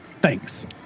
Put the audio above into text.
Thanks